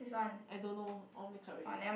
I don't know all mixed up already